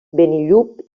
benillup